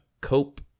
cope